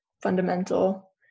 fundamental